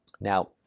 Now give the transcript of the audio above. Now